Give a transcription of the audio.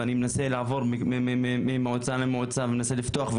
ואני מנסה לעבור ממועצה למועצה כדי לפתוח מקומות,